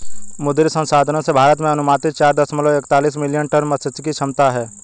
मुद्री संसाधनों से, भारत में अनुमानित चार दशमलव एकतालिश मिलियन टन मात्स्यिकी क्षमता है